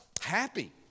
Happy